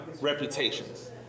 reputations